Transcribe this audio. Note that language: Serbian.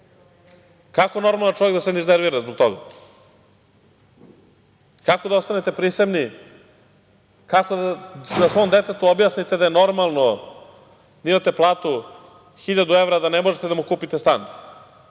Kako normalan čovek da se ne iznervira zbog toga? Kako da ostanete prisebni? Kako da svom detetu objasnite da je normalno da imate platu hiljadu evra, a da ne možete da mu kupite stan